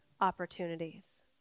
opportunities